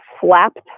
slapped